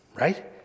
Right